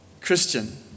Christian